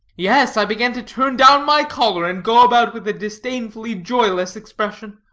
yes, i began to turn down my collar, and go about with a disdainfully joyless expression.